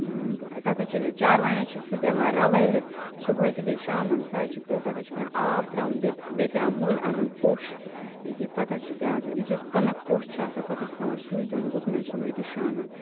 تتھ حظ چھ چارواین حظ چھ سُہ دِوان رَلٲوِتھ صُبحٲے تہٕ بیٚیہِ شامَن تتھ حظ چھ پیٚوان آب تراوُن بیٚیہِ بیٚیہِ پیٚوان مُلۍ اَنُن کوٚش پتہٕ حظ چھ پیٚوان سُہ کٕنک کوٚش چھُ آسان پتہٕ حظ چھُ پیٚوان سے دیُن گُپنن صُبحٲے تہٕ شامَن